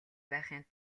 байхын